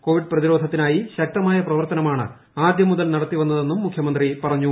Covid പ്രതിരോധത്തിനായി ശക്തമായ പ്രവർത്തനമാണ് ആദൃം മുതൽ നടത്തി വന്നതെന്നും മുഖ്യമന്ത്രി പറഞ്ഞു